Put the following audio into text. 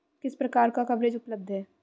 किस प्रकार का कवरेज उपलब्ध है?